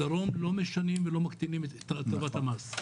בדרום לא משנים ולא מקטינים את הטבת המס.